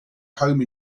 home